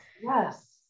yes